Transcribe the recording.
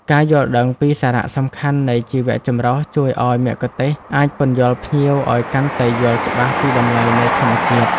ការយល់ដឹងពីសារៈសំខាន់នៃជីវចម្រុះជួយឱ្យមគ្គុទ្ទេសក៍អាចពន្យល់ភ្ញៀវឱ្យកាន់តែយល់ច្បាស់ពីតម្លៃនៃធម្មជាតិ។